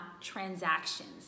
transactions